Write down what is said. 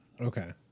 Okay